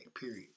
period